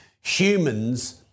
humans